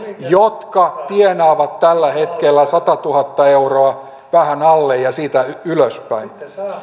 jotka tienaavat tällä hetkellä satatuhatta euroa vähän alle ja siitä ylöspäin